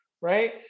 right